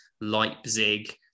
Leipzig